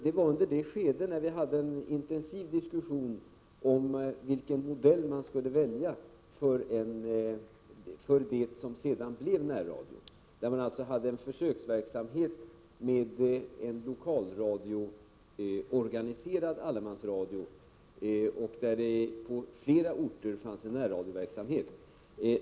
Det var under det skede då vi hade en intensiv diskussion om vilken modell som vi skulle välja för det som sedan blev närradion, då vi alltså hade en försöksverksamhet med en lokalradioorganiserad allemansradio och då det på flera orter fanns närradioverksamhet.